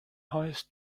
highest